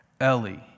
Ellie